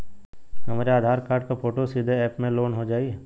हमरे आधार कार्ड क फोटो सीधे यैप में लोनहो जाई?